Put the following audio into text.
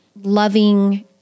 loving